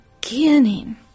beginning